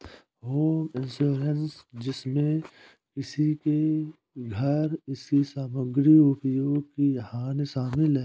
home insurance जिसमें किसी के घर इसकी सामग्री उपयोग की हानि शामिल है